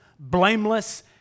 blameless